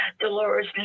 Dolores